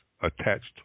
attached